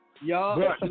Y'all